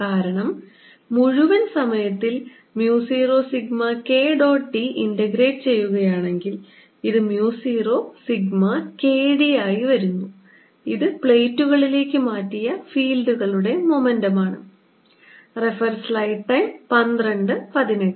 കാരണം മുഴുവൻ സമയത്തിൽ mu 0 sigma K dot d integrate ചെയ്യുകയാണെങ്കിൽ ഇത് mu 0 സിഗ്മ K d ആയി വരുന്നു ഇത് പ്ലേറ്റുകളിലേക്ക് മാറ്റിയ ഫീൽഡുകളുടെ മൊമെന്റം ആണ്